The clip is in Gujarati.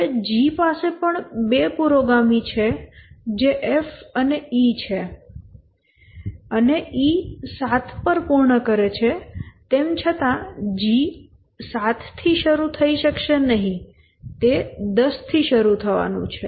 હવે G પાસે પણ બે પુરોગામી છે જે F અને E છે અને E 7 પર પૂર્ણ કરે છે તેમ છતાં G 7 થી શરૂ થઈ શકશે નહીં તે ૧૦ થી શરૂ થવાનું છે